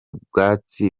bwubatsi